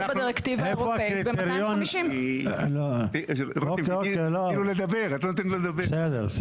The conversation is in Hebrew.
בדירקטיבה האירופאית ב-250 --- את לא נותנת לו לדבר.